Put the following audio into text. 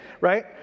right